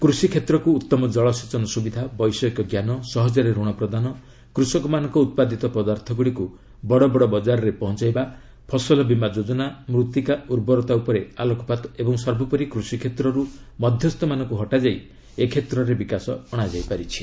କୃଷିକ୍ଷେତ୍ରକୁ ଉତ୍ତମ ଜଳସେଚନ ସୁବିଧା ବୈଷୟିକ ଜ୍ଞାନ ସହଜରେ ରଣ ପ୍ରଦାନ କୃଷକମାନଙ୍କ ଉତ୍ପାଦିତ ପଦାର୍ଥଗୁଡ଼ିକୁ ବଡ଼ବଡ଼ ବଜାରରେ ପହଞ୍ଚାଇବା ଫସଲ ବୀମା ଯୋକ୍ତନା ମୃତ୍ତିକା ଉର୍ବରତା ଉପରେ ଆଲୋକପାତ ଓ ସର୍ବୋପରି କୃଷିକ୍ଷେତ୍ରରୁ ମଧ୍ୟସ୍ଥମାନଙ୍କୁ ହଟାଯାଇ ଏ କ୍ଷେତ୍ରରେ ବିକାଶ ଅଣାଯାଇ ପାରିଛି